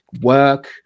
work